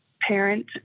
parent